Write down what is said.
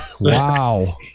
Wow